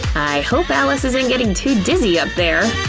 i hope alice isn't getting to dizzy up there!